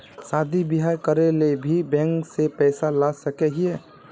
शादी बियाह करे ले भी बैंक से पैसा ला सके हिये?